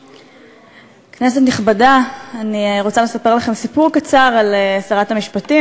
חד-משמעי: הסיפור כאן הוא לא העניין של השקיפות,